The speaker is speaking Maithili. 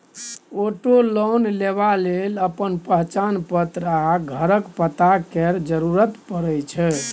आटो लोन लेबा लेल अपन पहचान पत्र आ घरक पता केर जरुरत परै छै